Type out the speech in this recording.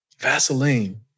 Vaseline